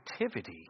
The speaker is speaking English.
activity